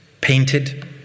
painted